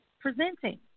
presenting